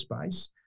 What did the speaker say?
space